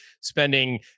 spending